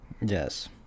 Yes